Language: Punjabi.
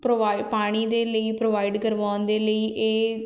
ਪ੍ਰੋਵਾਈ ਪਾਣੀ ਦੇ ਲਈ ਪ੍ਰੋਵਾਈਡ ਕਰਵਾਉਣ ਦੇ ਲਈ ਇਹ